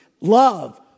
love